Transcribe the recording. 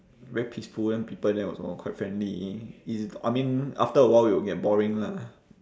very peaceful then people there also all quite friendly is I mean after a while it'll get boring lah